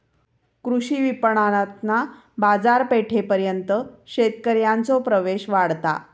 कृषी विपणणातना बाजारपेठेपर्यंत शेतकऱ्यांचो प्रवेश वाढता